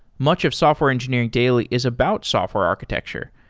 much of software engineering daily is about software architecture,